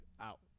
out